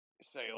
say